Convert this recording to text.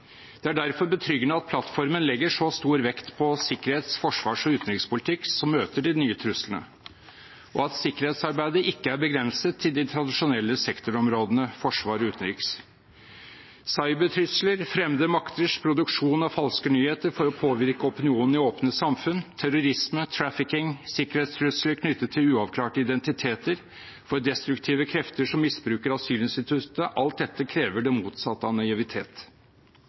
Det er derfor betryggende at plattformen legger så stor vekt på en sikkerhets-, forsvars- og utenrikspolitikk som møter de nye truslene, og at sikkerhetsarbeidet ikke er begrenset til de tradisjonelle sektorområdene «forsvarspolitikk» og «utenrikspolitikk». Cybertrusler, fremmede makters produksjon av falske nyheter for å påvirke opinionen i åpne samfunn, terrorisme, trafficking, sikkerhetstrusler knyttet til uavklarte identiteter for destruktive krefter som misbruker asylinstituttet – alt dette krever det motsatte